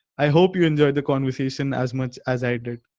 i hope you enjoyed the conversation as much as i did.